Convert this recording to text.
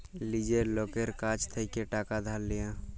লীজের লকের কাছ থ্যাইকে টাকা ধার লিয়া